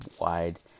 wide